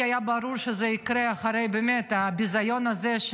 כי היה ברור שזה יקרה אחרי הביזיון הזה,